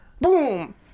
Boom